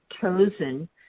chosen